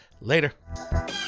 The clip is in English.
Later